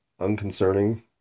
unconcerning